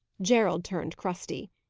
gerald turned crusty.